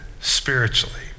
spiritually